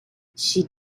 she